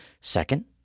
Second